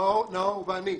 נא לסיים.